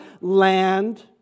land